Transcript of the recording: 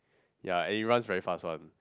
ya and it runs very fast one